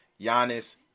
Giannis